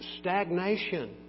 stagnation